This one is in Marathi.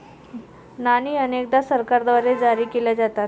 नाणी अनेकदा सरकारद्वारे जारी केल्या जातात